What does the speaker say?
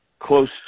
close